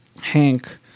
Hank